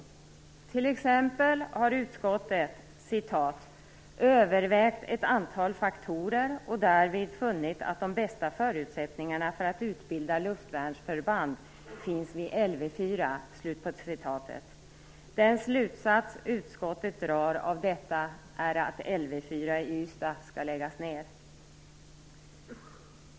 Utskottet har t.ex. "övervägt ett antal faktorer och därvid funnit att de bästa förutsättningarna för att utbilda luftvärnsförband finns vid Lv 4". Den slutsats utskottet drar av detta är att Lv 4 i Ystad skall läggas ned.